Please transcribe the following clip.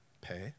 pay